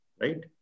right